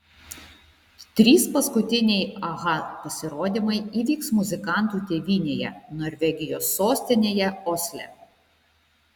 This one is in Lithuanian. trys paskutiniai aha pasirodymai įvyks muzikantų tėvynėje norvegijos sostinėje osle